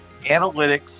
analytics